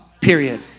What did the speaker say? period